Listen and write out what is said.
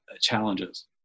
challenges